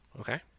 Okay